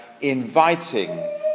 inviting